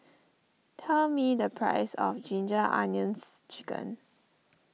tell me the price of Ginger Onions Chicken